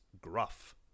gruff